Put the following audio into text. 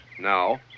No